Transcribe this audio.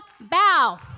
bow